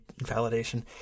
validation